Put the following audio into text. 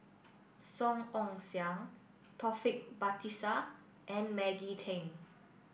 Song Ong Siang Taufik Batisah and Maggie Teng